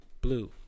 Blue